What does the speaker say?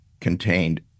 contained